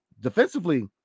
defensively